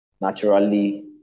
naturally